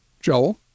Joel